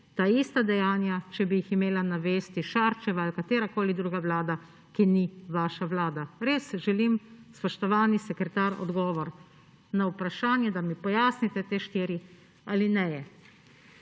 ta ista dejanja, če bi jih imela na vesti Šarčeva ali katerakoli druga vlada, ki ni vaša vlada? Res želim, spoštovani sekretar, odgovor na vprašanje, da mi pojasnite te štiri alineje.